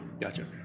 Gotcha